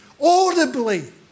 Audibly